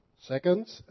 Second